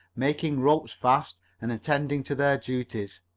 making ropes fast and attending to their duties.